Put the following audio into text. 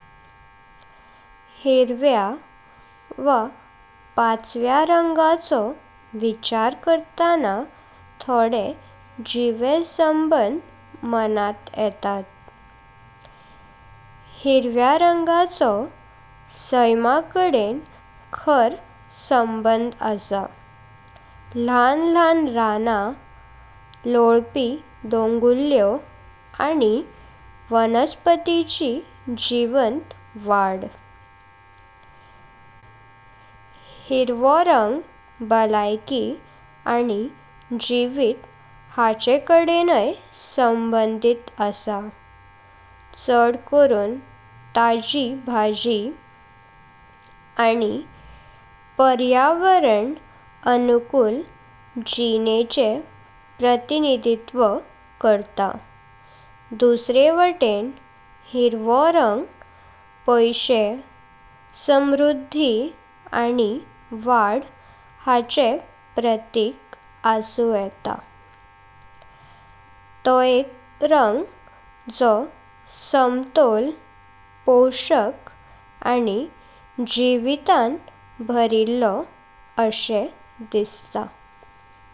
हिरव्यां वा पाचव्या रंगाचो विचार करताना थोडे जीव संबंध मनांत येतात। हिरव्यां रंगाचो सायमाकडें खरा संबंध आसा, ल्हान ल्हान राना, लोळपी डोंगुळ्यो, आनि वनस्पतीची जीवंत वाळ। हिरवो रंग बलायकी आनि जीवित हाचेकडेनय संबंधीत आसा। चड करून ताजी भाजी आनि पर्यावरण अनुकूल जीवनाचे प्रतिनिधित्व करतात। दुसरे वातें हिरवो रंग पैशे, समृद्धी आनि वाळ हाचे प्रतीक आसु येता। तो एक रंग जो संतोल, पोषाक, आनि जीवितांत भरिल्लो असे दिसता।